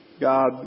God